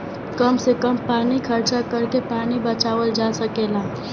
कम से कम पानी खर्चा करके पानी बचावल जा सकेला